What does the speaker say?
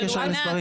אבל הסיפור הוא